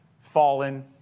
fallen